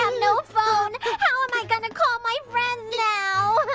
um no phone! how am i gonna call my friends now? shhh!